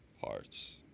hearts